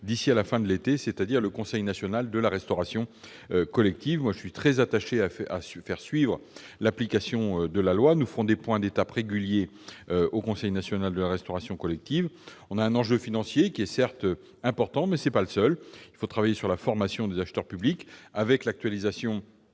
d'ici à la fin de l'été, c'est-à-dire le Conseil national de la restauration collective. Je suis très attaché au suivi de l'application de la loi. Nous ferons donc des points d'étape réguliers au Conseil précité. Il y a un enjeu financier, qui est, certes, important, mais il n'est pas le seul. Il faut aussi travailler sur la formation des acheteurs publics, avec l'actualisation